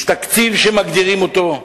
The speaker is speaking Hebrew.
יש תקציב שמגדירים אותו,